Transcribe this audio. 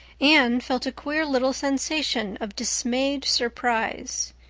anne felt a queer little sensation of dismayed surprise.